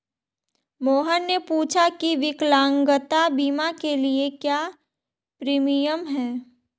मोहन ने पूछा की विकलांगता बीमा के लिए क्या प्रीमियम है?